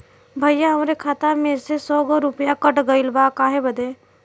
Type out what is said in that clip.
भईया हमरे खाता मे से सौ गो रूपया कट गइल बा काहे बदे?